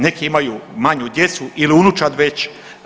Neki imaju manju djecu ili unučad već.